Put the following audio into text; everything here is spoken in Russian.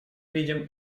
видим